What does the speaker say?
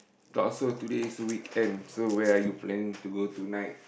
talk so today is weekend so where are you planning to go tonight